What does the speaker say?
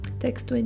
Text